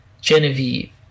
Genevieve